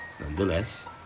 Nonetheless